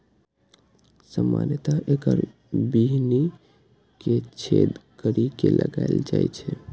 सामान्यतः एकर बीहनि कें छेद करि के लगाएल जाइ छै